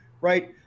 right